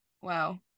wow